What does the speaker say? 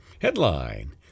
Headline